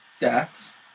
deaths